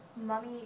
mummy